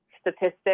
statistics